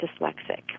dyslexic